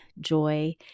joy